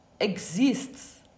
exists